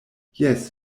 jes